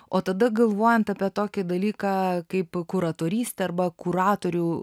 o tada galvojant apie tokį dalyką kaip kuratorystę arba kuratorių